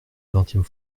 vingtième